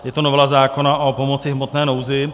Je to novela zákona o pomoci v hmotné nouzi.